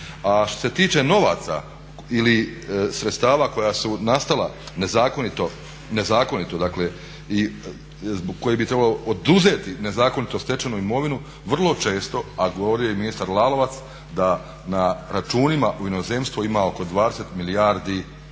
A što se tiče novaca ili sredstava koja su nastala nezakonito i koje bi trebalo oduzeti nezakonito stečenu imovinu vrlo često, a govorio je i ministar Lalovac da na računima u inozemstvu ima oko 20 milijardi